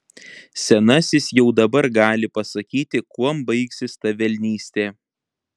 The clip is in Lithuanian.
senasis jau dabar gali pasakyti kuom baigsis ta velnystė